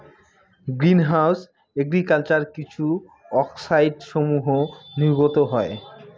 green house agriculture কিছু অক্সাইডসমূহ নির্গত হয়